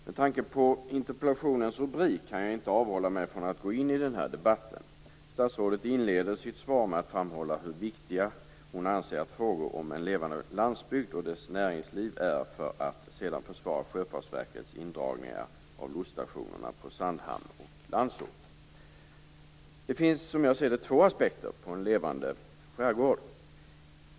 Herr talman! Med tanke på rubriken på interpellationen, kan jag inte avhålla mig från att gå in i debatten. Statsrådet inleder sitt svar med att framhålla hur viktiga hon anser att frågor om en levande landsbygd och dess näringsliv är, för att sedan försvara Sjöfartsverkets indragningar av lotsstationerna på Sandhamn och Landsort. Det finns som jag ser det två aspekter på en levande skärgård.